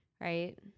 right